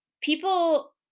People